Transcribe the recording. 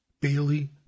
Bailey